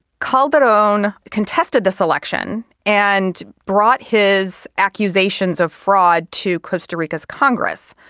calderon contested this election and brought his accusations of fraud to costa rica's congress.